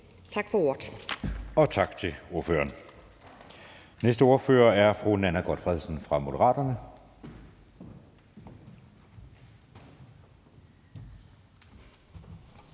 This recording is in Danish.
(Jeppe Søe): Tak til ordføreren. Den næste ordfører er fru Nanna W. Gotfredsen fra Moderaterne.